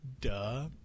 duh